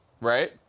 right